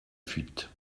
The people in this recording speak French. fuite